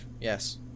Yes